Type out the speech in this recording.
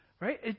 Right